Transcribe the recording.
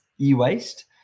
e-waste